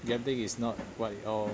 gambling is not what it all